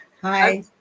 Hi